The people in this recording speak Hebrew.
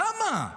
למה?